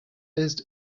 list